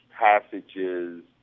passages